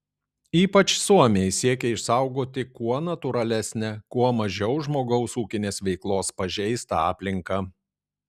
ypač suomiai siekia išsaugoti kuo natūralesnę kuo mažiau žmogaus ūkinės veiklos pažeistą aplinką